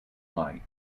nite